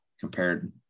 compared